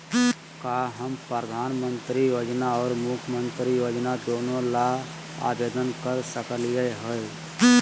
का हम प्रधानमंत्री योजना और मुख्यमंत्री योजना दोनों ला आवेदन कर सकली हई?